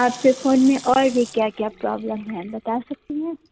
आपके फ़ोन में और भी क्या क्या प्रॉब्लम हैं बता सकती हैं